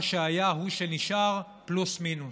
מה שהיה הוא שנשאר, פלוס-מינוס.